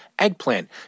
eggplant